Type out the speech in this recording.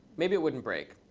maybe it wouldn't break.